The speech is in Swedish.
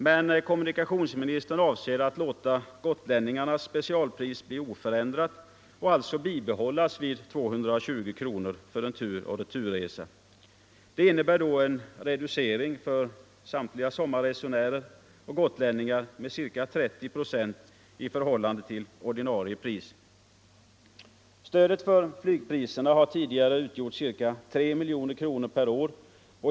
Men kommunikationsministern avser att låta gotlänningarnas specialpris bli oförändrat, så att dessa bibehålles vid 220 kronor för en tur och retur-resa. Det innebär då en reducering för samtliga sommarresenärer och gotlänningar med ca 30 procent i förhållande till ordinarie pris. Stödet för flygpriserna har tidigare utgjort ca 3 miljoner kronor per år.